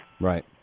Right